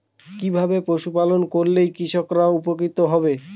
কিভাবে পশু পালন করলেই কৃষকরা উপকৃত হবে?